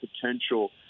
potential